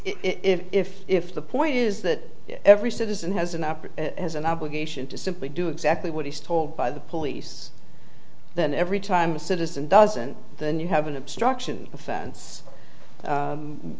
he if if the point is that every citizen has an up or has an obligation to simply do exactly what he's told by the police then every time a citizen doesn't then you have an obstruction offense